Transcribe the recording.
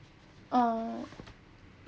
uh